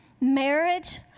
marriage